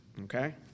Okay